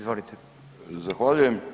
Zahvaljujem.